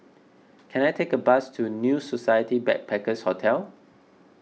can I take a bus to New Society Backpackers' Hotel